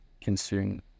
consumed